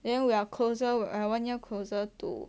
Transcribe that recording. then we are closer we're one year closer to